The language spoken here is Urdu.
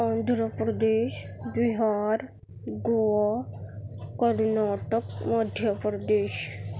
آندھراپردیش بہار گوا کرناٹک مدھیہ پردیش